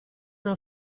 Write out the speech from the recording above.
una